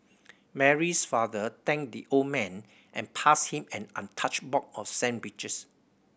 Mary's father thanked the old man and passed him an untouched box of sandwiches